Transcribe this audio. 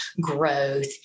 growth